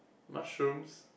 mushrooms